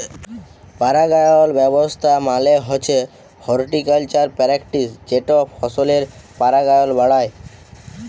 পারাগায়ল ব্যাবস্থা মালে হছে হরটিকালচারাল প্যারেকটিস যেট ফসলের পারাগায়ল বাড়ায়